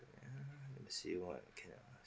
wait ah let me see what okay ah